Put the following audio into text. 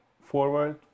forward